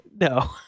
no